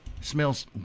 smells